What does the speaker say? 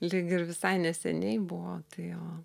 lyg ir visai neseniai buvo jo